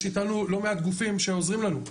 יש איתנו לא מעט גופים שעוזרים לנו.